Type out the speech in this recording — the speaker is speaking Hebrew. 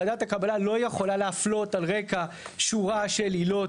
ועדת הקבלה לא יכולה להפלות על רקע שורה של עילות,